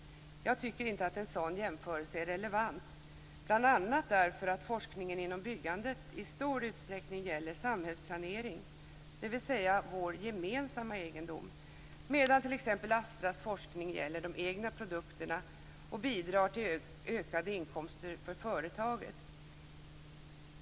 Jag tycker inte att en sådan jämförelse är relevant, bl.a. därför att forskningen inom byggandet i stor utsträckning gäller samhällsplanering, dvs. vår gemensamma egendom, medan t.ex. Astras forskning gäller de egna produkterna och bidrar till ökade inkomster för företaget.